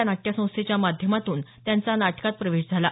या नाट्यसंस्थेच्या माध्यमातून त्यांचा नाटकात प्रवेश झाला